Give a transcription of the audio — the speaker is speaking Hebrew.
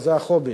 זה ההובי.